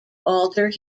alter